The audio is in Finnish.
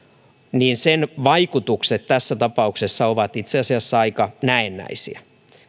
vaikutukset tässä tapauksessa ovat itse asiassa aika näennäisiä